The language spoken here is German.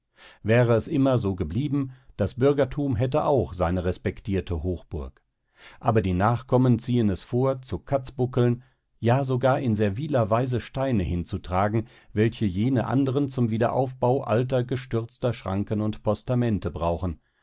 wäre es immer so geblieben das bürgertum hätte auch seine respektierte hochburg aber die nachkommen ziehen es vor zu katzbuckeln ja sogar in serviler weise steine hinzuzutragen welche jene anderen zum wiederaufbau alter gestürzter schranken und postamente brauchen